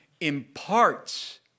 imparts